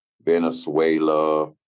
Venezuela